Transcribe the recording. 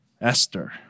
Esther